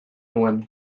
nuen